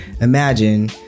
imagine